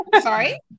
Sorry